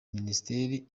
minisiteri